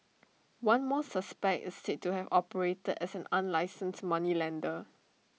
one more suspect is said to have operated as an unlicensed moneylender